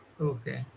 Okay